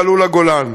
ועלו לגולן.